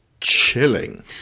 chilling